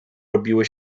robiły